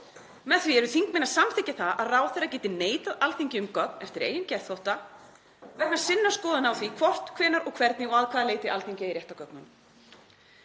Með því eru þingmenn að samþykkja það að ráðherra geti neitað Alþingi um gögn eftir eigin geðþótta, vegna skoðana sinna á því hvort, hvenær og hvernig og að hvaða leyti Alþingi eigi rétt á gögnunum.